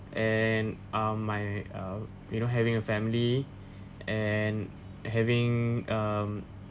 and um my uh you know having a family and having um